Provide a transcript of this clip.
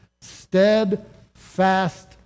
steadfast